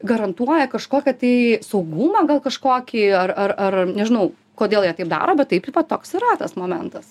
garantuoja kažkokią tai saugumą gal kažkokį ar ar ar nežinau kodėl jie taip daro bet taip toks yra tas momentas